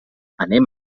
anem